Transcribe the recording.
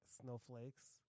Snowflakes